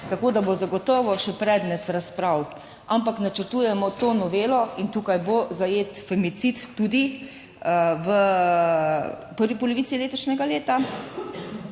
tako da bo zagotovo še predmet razprav, ampak načrtujemo to novelo, in tukaj bo zajet tudi femicid, v prvi polovici letošnjega leta,